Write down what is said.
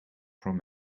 from